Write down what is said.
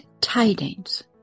tidings